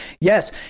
Yes